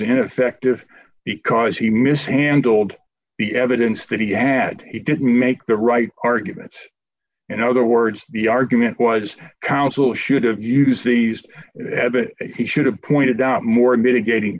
ineffective because he mishandled the evidence that he had he didn't make the right arguments in other words the argument was counsel should have used these have it he should have pointed out more and mitigating